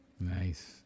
Nice